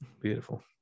Beautiful